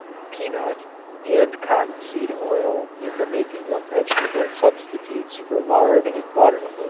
peanut and cottonseed oil in the making of vegetable substitutes for lard and butter.